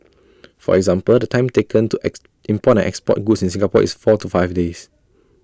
for example the time taken to X import and export goods in Singapore is four to five days